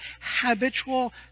habitual